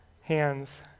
hands